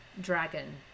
dragon